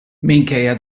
minkejja